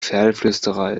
pferdeflüsterer